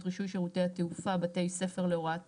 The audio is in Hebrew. רישוי שירותי התעופה (בתי ספר להוראת טיס),